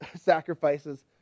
sacrifices